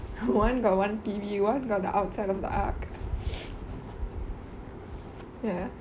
one got one T_V one got the outside of the arch ya